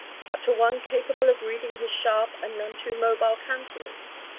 but, to one capable of reading his sharp and none too mobile countenance,